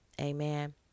Amen